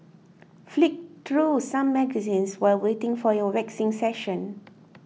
flick through some magazines while waiting for your waxing session